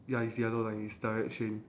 ya is yellow line is direct train